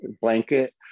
blanket